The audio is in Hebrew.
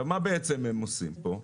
מה בעצם הם עושים כאן.